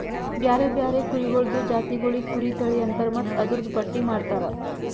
ಬ್ಯಾರೆ ಬ್ಯಾರೆ ಕುರಿಗೊಳ್ದು ಜಾತಿಗೊಳಿಗ್ ಕುರಿ ತಳಿ ಅಂತರ್ ಮತ್ತ್ ಅದೂರ್ದು ಪಟ್ಟಿ ಮಾಡ್ತಾರ